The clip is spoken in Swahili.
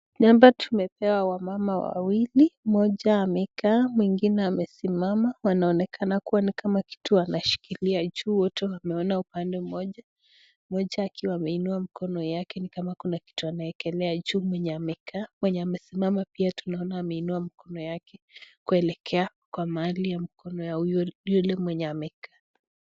Hapa tumepewa wamama wawili, mmoja amekaa mwingine amesimama ,wanaonekana kuwa ni kama kitu wanashikilia juu wote wameona upande mmoja, mmoja akiwa ameinua mkono yake ni kama kuna kitu anawekelea juu mwenye amekaa, mwenye amesimama pia tunaona ameinua mkono yake kuelekea kwa mahali ya mkono ya yule mwenye amekaa.